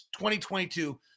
2022